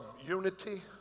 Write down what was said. unity